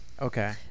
Okay